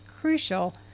crucial